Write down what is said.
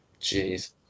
Jeez